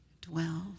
dwells